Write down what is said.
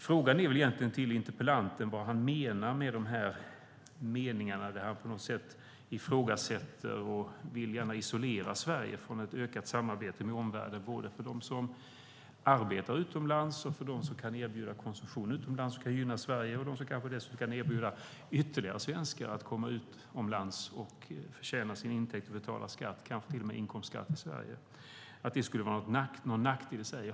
Frågan till interpellanten är alltså egentligen vad han menar med meningarna där han på något sätt ifrågasätter och gärna vill isolera Sverige från ett ökat samarbete med omvärlden, såväl för dem som arbetar utomlands och för dem de som kan erbjuda konsumtion utomlands, vilket kan gynna Sverige, som för dem som kanske dessutom kan erbjuda ytterligare svenskar att komma utomlands och förtjäna sin intäkt och betala skatt - kanske till och med inkomstskatt - i Sverige. Skulle det vara någon nackdel i sig?